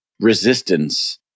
Resistance